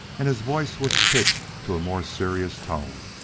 and his voice was pitched to a more serious tone,